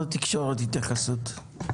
התייחסות של משרד התקשורת.